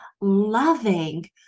loving